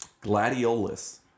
Gladiolus